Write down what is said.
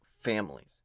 families